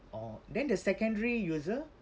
oh then the secondary user